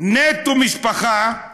נטו משפחה,